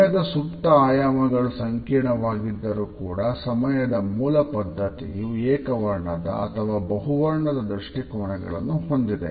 ಸಮಯದ ಸುಪ್ತ ಆಯಾಮಗಳು ಸಂಕೀರ್ಣವಾಗಿದ್ದರು ಕೂಡ ಸಮಯದ ಮೂಲ ಪದ್ಧತಿಯು ಏಕವರ್ಣದ ಅಥವಾ ಬಹುವರ್ಣದ ದೃಷ್ಟಿಕೋನಗಳನ್ನು ಹೊಂದಿದೆ